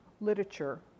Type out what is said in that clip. literature